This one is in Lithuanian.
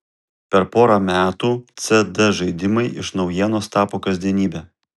per porą metų cd žaidimai iš naujienos tapo kasdienybe